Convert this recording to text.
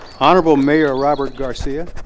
honorable mayor robert garcia.